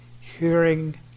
hearing